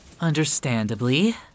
Understandably